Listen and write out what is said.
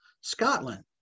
Scotland